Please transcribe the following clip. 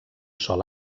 sol